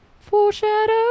foreshadow